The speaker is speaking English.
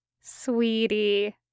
Sweetie